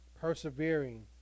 persevering